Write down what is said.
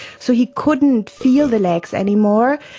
so he couldn't feel the legs anymore.